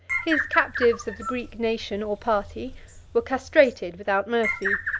his captives of the greek nation or party were castrated without mercy,